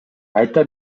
айта